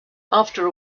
after